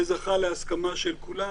זה זכה להסכמה של כולם.